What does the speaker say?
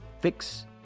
fix